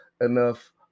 enough